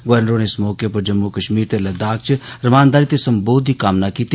governor होरें इस मौके जम्मू कश्मीर ते लद्दाख च रमानदारी ते सम्बोध दी कामना कीती